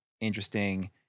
interesting